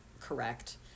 correct